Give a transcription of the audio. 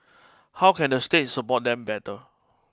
how can the state support them better